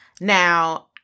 Now